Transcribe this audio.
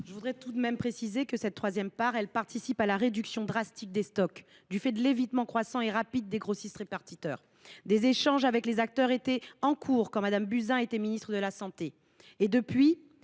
de vote. Je veux préciser que cette troisième part participe à la réduction drastique des stocks, du fait de l’évitement croissant et rapide des grossistes répartiteurs. Des échanges avec les acteurs ont eu lieu lorsque Mme Buzyn était ministre de la santé.